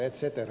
etc